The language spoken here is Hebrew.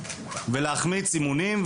מה שגרם לו להחמיץ אימונים,